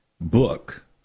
book